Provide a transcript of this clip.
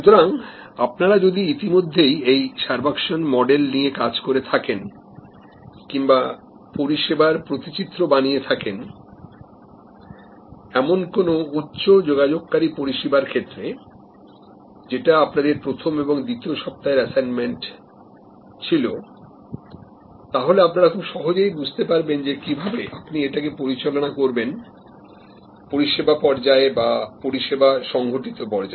সুতরাং আপনারা যদি ইতিমধ্যেই এই সার্ভাকশন মডেল নিয়ে কাজ করে থাকেন কিংবা পরিষেবার প্রতিচিত্র বানিয়ে থাকেনএমন কোনো উচ্চ যোগাযোগকারী পরিষেবার ক্ষেত্রে যেটা আপনাদের প্রথম এবং দ্বিতীয় সপ্তাহের অ্যাসাইনমেন্ট ছিল তাহলে আপনারা খুব সহজেই বুঝতে পারবেন যে কিভাবে আপনি এটাকে পরিচালনা করবেন পরিষেবা পর্যায় বা পরিষেবা সংঘটিত পর্যায়